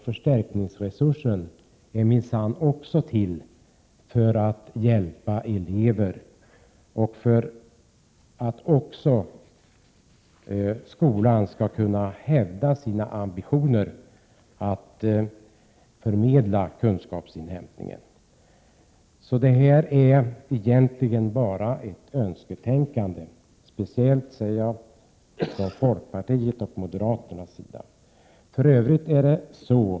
Den är ju också till för att hjälpa elever och för att skolan skall kunna hävda sina ambitioner att förmedla kunskapsinhämtandet. Det här är egentligen bara önsketänkande, speciellt från folkpartiets och moderaternas sida.